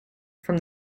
from